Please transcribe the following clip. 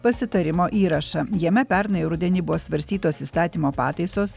pasitarimo įrašą jame pernai rudenį buvo svarstytos įstatymo pataisos